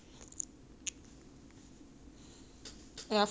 !aiya! 反正现在七月 lah 烧多一点这种也不用紧的 right